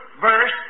verse